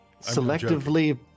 selectively